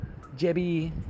jebby